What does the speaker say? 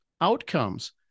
outcomes